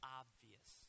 obvious